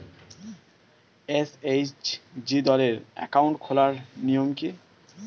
SHG দলের account খোলার নিয়ম কী?